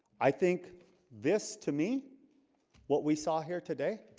i think this to me what we saw here today